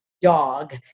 dog